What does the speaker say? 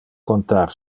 contar